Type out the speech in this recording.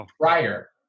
prior